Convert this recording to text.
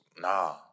nah